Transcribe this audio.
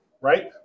right